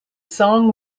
song